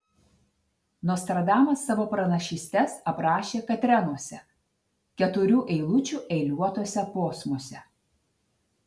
nostradamas savo pranašystes aprašė katrenuose keturių eilučių eiliuotuose posmuose